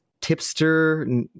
tipster